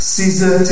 Caesar